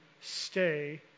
stay